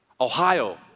Ohio